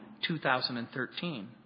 2013